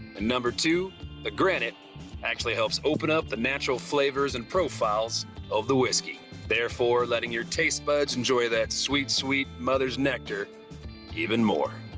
and number two a granite actually helps open up the natural flavors and profiles of the whiskey therefore letting your tastebuds enjoy that sweet, sweet mother's nectar even more.